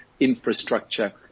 infrastructure